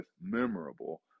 memorable